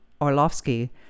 Orlovsky